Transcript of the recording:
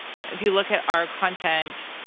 if you look at our content,